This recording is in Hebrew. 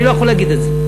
אני לא יכול להגיד את זה.